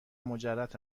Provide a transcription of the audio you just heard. مجرد